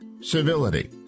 Civility